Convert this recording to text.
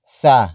sa